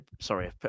Sorry